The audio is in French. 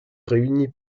réunis